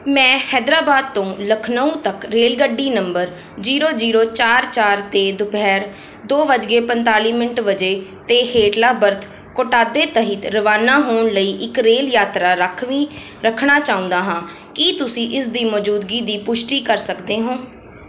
ਮੈਂ ਹੈਦਰਾਬਾਦ ਤੋਂ ਲਖਨਊ ਤੱਕ ਰੇਲਗੱਡੀ ਨੰਬਰ ਜ਼ੀਰੋ ਜ਼ੀਰੋ ਚਾਰ ਚਾਰ 'ਤੇ ਦੁਪਹਿਰ ਦੋ ਵੱਜ ਕੇ ਪੰਤਾਲੀ ਮਿੰਟ ਵਜੇ 'ਤੇ ਹੇਠਲਾ ਬਰਥ ਕੋਟਾਦੇ ਤਹਿਤ ਰਵਾਨਾ ਹੋਣ ਲਈ ਇੱਕ ਰੇਲ ਯਾਤਰਾ ਰਾਖਵੀਂ ਰੱਖਣਾ ਚਾਹੁੰਦਾ ਹਾਂ ਕੀ ਤੁਸੀਂ ਇਸ ਦੀ ਮੌਜੂਦਗੀ ਦੀ ਪੁਸ਼ਟੀ ਕਰ ਸਕਦੇ ਹੋ